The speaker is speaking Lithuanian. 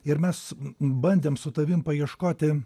ir mes bandėm su tavim paieškoti